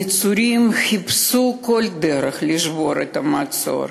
הנצורים חיפשו כל דרך לשבור את המצור.